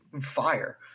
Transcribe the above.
fire